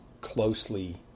closely